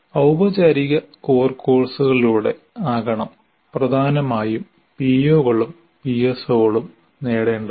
ഔപചാരിക കോർ കോഴ്സുകളിലൂടെ ആകണം പ്രധാനമായും പിഒകളും പിഎസ്ഒകളും നേടേണ്ടത്